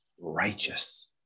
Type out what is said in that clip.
Righteous